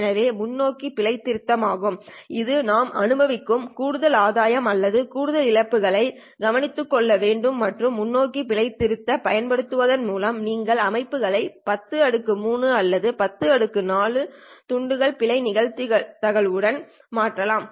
எனவே இது முன்னோக்கி பிழை திருத்தம் ஆகும் இது நாம் அனுபவிக்கும் கூடுதல் ஆதாயம் அல்லது கூடுதல் இழப்புகளை கவனித்துக்கொள்ள வேண்டும் மற்றும் முன்னோக்கி பிழை திருத்தம் பயன்படுத்துவதன் மூலம் நீங்கள் அமைப்புகளை 10 3 அல்லது 10 4துண்டு பிழையின் நிகழ்தகவு உடன் மாற்றலாம்